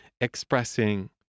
expressing